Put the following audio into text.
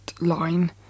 line